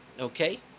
okay